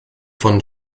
von